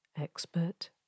expert